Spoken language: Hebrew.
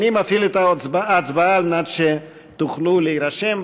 אני מפעיל את ההצבעה על מנת שתוכלו להירשם.